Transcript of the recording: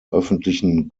öffentlichen